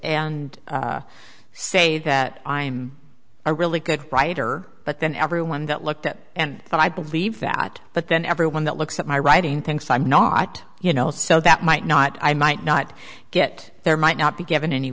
and say that i'm a really good writer but then everyone that looked up and i believe that but then everyone that looks at my writing thinks i'm not you know so that might not i might not get there might not be given any